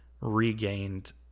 regained